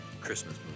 Christmas